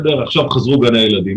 עכשיו חזרו גני הילדים.